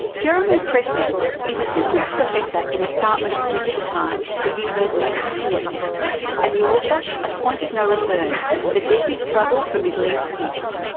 jeremy pressman is assistant professor in the department of political science at the university of connecticut and the author of point of no return the deadly struggle for middle east peace.